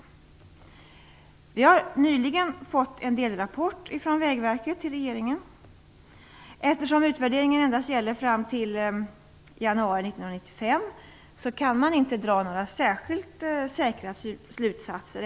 Vägverket har nyligen lämnat en delrapport till regeringen. Eftersom utvärderingen endast gäller fram till januari 1995 kan man ännu inte dra några särskilt säkra slutsatser.